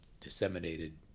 disseminated